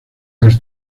del